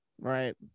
right